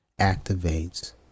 activates